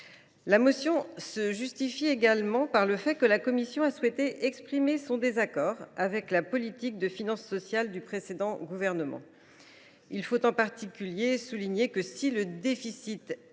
La motion se justifie également par la volonté de la commission d’exprimer son désaccord avec la politique de finances sociales du précédent gouvernement. Il faut en particulier souligner que, si le déficit est